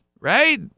right